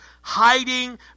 hiding